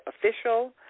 Official